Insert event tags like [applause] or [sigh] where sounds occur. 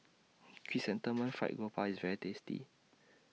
Chrysanthemum [noise] Fried Garoupa IS very tasty